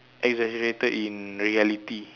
exaggerated in reality